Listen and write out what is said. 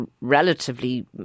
relatively